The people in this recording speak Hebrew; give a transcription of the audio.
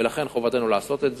ולכן, חובתנו לעשות את זה,